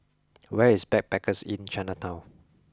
where is Backpackers Inn Chinatown